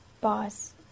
Boss